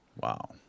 Wow